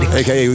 aka